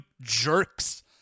jerks